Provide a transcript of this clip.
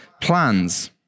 plans